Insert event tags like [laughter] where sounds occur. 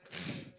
[noise]